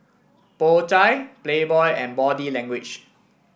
Po Chai Playboy and Body Language